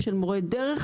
של מורי דרך